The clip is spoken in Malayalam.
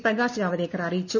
പ്രകാശ് ജാവദേക്കർ അറിയിച്ചു